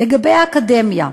לגבי האקדמיה,